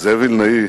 זאב וילנאי